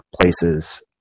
places